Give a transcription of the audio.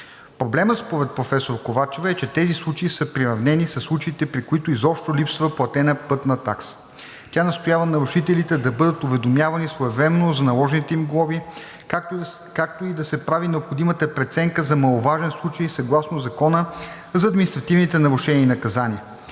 Проблемът според професор Ковачева е, че тези случаи са приравнени със случаите, при които изобщо липсва платена пътна такса. Тя настоява нарушителите да бъдат уведомявани своевременно за наложените им глоби, както и да се прави необходимата преценка за маловажен случай, съгласно Закона за административните нарушения и наказания.